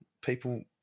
People